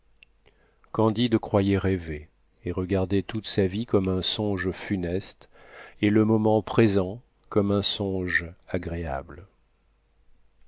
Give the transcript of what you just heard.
candide croyait rêver et regardait toute sa vie comme un songe funeste et le moment présent comme un songe agréable